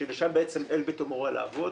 ששם אלביט אמורה לעבוד.